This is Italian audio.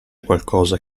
qualcosa